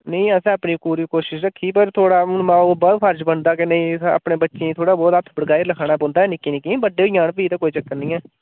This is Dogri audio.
नेईं अस अपनी पूरी कोशिश रक्खी दी पर थोह्ड़ा हून माऊ बब्बै दा बी फर्ज बनदा कि नेईं अपने बच्चें थोह्ड़ा बोह्त हत्थ पकड़ाई लिखाना पौंदा निक्के निक्कें ई बड्डे होई जान फ्ही ते कोई चक्कर नी ऐ